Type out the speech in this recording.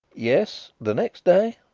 yes. the next day.